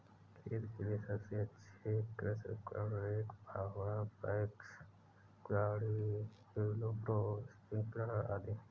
खेत के लिए सबसे अच्छे कृषि उपकरण, रेक, फावड़ा, पिकैक्स, कुल्हाड़ी, व्हीलब्रो, स्प्रिंकलर आदि है